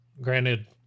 Granted